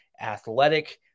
athletic